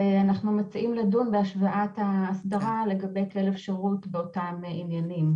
ואנחנו מציעים לדון בהשוואת ההסדרה לגבי כלב שירות באותם עניינים.